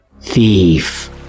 Thief